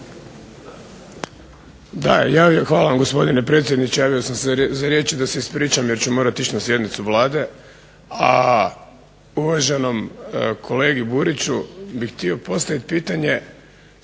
Hvala vam gospodine predsjedniče. Javio sam se riječ da se ispričam, jer ću morati ići na sjednicu Vlade, a uvaženom kolegi Buriću bih htio postaviti pitanje,